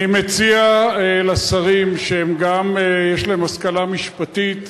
אמרתי שאין לי השכלה משפטית.